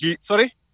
sorry